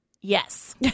Yes